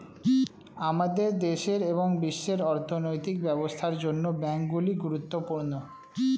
আমাদের দেশের এবং বিশ্বের অর্থনৈতিক ব্যবস্থার জন্য ব্যাংকগুলি গুরুত্বপূর্ণ